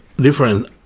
different